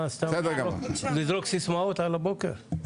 סתם לזרוק סיסמאות על הבוקר?